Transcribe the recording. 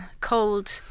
cold